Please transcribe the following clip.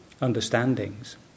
understandings